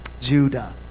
Judah